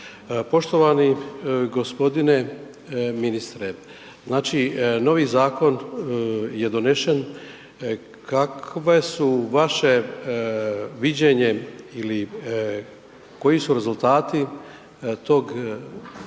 Poštovani gospodine ministre znači novi zakon je donesen kakve su vaše viđenje ili koji su rezultati tog zakona,